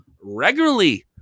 regularly